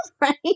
Right